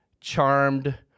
charmed